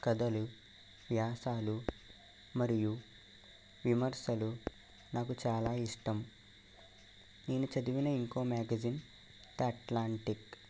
కథలు వ్యాసాలు మరియు విమర్శలు నాకు చాలా ఇష్టం నేను చదివిన ఇంకో మ్యాగజైన్ ద అట్లాంటిక్